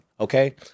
Okay